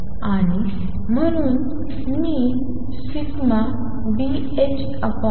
आणि म्हणून मी सिग्मा Bhc